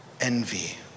envy